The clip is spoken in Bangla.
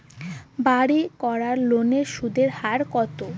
বাড়ির করার লোনের সুদের হার কত?